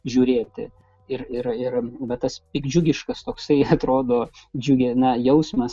žiūrėti ir ir ir bet tas piktdžiugiškas toksai atrodo džiugina jausmas